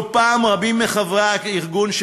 לא אחת רבים מחברי הארגון,